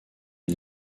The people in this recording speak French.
des